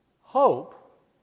Hope